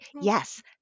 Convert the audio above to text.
yes